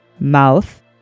mouth